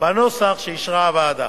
בנוסח שאישרה הוועדה.